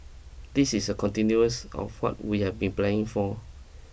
this is a continuous of what we had been planning for